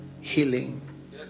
healing